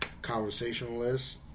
Conversationalist